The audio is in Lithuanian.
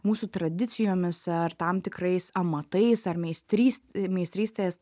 mūsų tradicijomis ar tam tikrais amatais ar meistrys i meistrystės